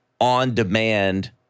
on-demand